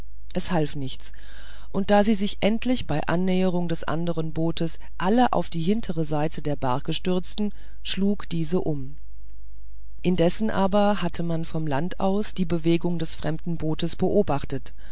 es half nichts und da sie sich endlich bei annäherung des andern bootes alle auf die hintere seite der barke stürzten schlug diese um indessen aber hatte man vom land aus die bewegungen des fremden bootes beobachtet